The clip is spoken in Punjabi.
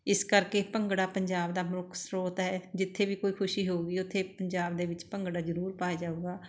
ਇਸ ਕਰਕੇ ਭੰਗੜਾ ਪੰਜਾਬ ਦਾ ਮੁੱਖ ਸਰੋਤ ਹੈ ਜਿੱਥੇ ਵੀ ਕੋਈ ਖੁਸ਼ੀ ਹੋਊਗੀ ਉੱਥੇ ਪੰਜਾਬ ਦੇ ਵਿੱਚ ਭੰਗੜਾ ਜ਼ਰੂਰ ਪਾਇਆ ਜਾਊਗਾ